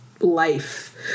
life